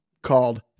called